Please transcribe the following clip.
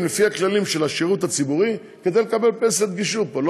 לפי הכללים של השירות הציבורי כדי לקבל פנסיית גישור פה.